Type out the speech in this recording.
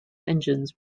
engines